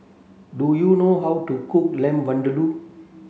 do you know how to cook Lamb Vindaloo